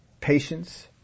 Patience